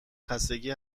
خستگی